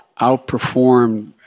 outperformed